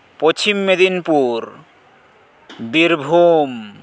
Paschim Medinipur Birbhum